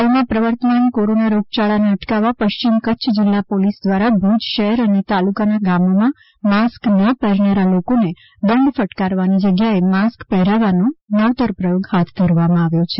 હાલમાં પ્રવર્તમાન કોરોના રોગચાળાને અટકાવવા પશ્ચિમ કચ્છ જીલ્લા પોલીસ દ્વારા ભુજ શહેર અને તાલુકાના ગામોમાં માસ્ક ન પહેરનારા લોકોને દંડ ફટકારવાની જગ્યાએ માસ્ક પહેરાવવાનો નવતર પ્રથોગ હાથ ધરવામાં આવ્યો હતો